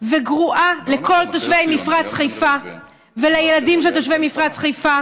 וגרועה לכל תושבי מפרץ חיפה ולילדים של תושבי מפרץ חיפה